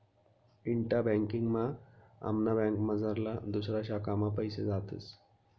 इंटा banking मा आमना बँकमझारला दुसऱा शाखा मा पैसा जातस